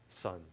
Son